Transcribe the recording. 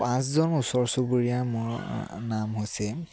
পাঁচজন ওচৰ চুবুৰীয়াৰ মোৰ নাম হৈছে